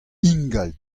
ingal